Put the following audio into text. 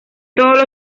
todos